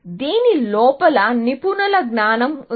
దీని లోపల నిపుణుల జ్ఞానం ఉంది